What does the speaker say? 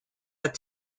der